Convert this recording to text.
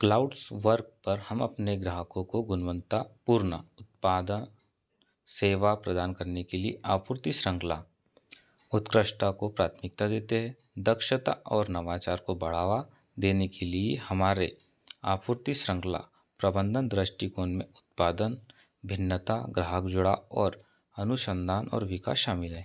Cloudswork पर हम अपने ग्राहकों को गुनवंतापूर्ण उत्पादन सेवा प्रदान करने के लिए आपूर्ति श्रंखला उत्कृष्टता को प्राथमिकता देते है दक्षता और नवाचार को बढ़ावा देने के लिए हमारे आपूर्ति श्रंखला प्रबंधन दिष्टिकोण में उत्पादन भिन्नता ग्राहक जुड़ाव और अनुसंधान और विकास शामिल हैं